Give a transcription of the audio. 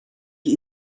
die